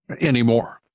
anymore